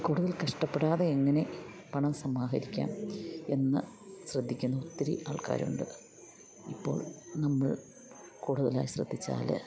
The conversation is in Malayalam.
കൂടുതൽ കഷ്ടപ്പെടാതെ എങ്ങനെ പണം സമാഹരിക്കാം എന്ന് ശ്രദ്ധിക്കുന്ന ഒത്തിരി ആൾക്കാരുണ്ട് ഇപ്പോൾ നമ്മൾ കൂടുതലായി ശ്രദ്ധിച്ചാൽ